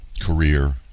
career